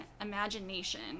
imagination